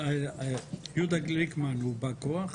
יהודה גליקמן הוא בא הכוח.